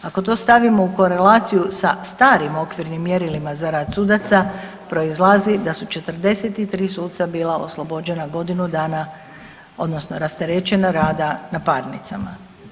Ako to stavimo u korelaciju sa starim okvirnim mjerilima za rad sudaca, proizlazi da su 43 suca bila oslobođena godinu dana, odnosno rasterećena rada na parnicama.